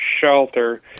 shelter